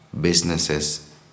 businesses